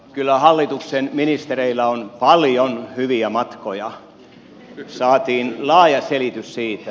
kyllä hallituksen ministereillä on paljon hyviä matkoja saatiin laaja selitys siitä